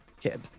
kid